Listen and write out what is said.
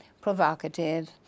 provocative